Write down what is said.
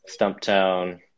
Stumptown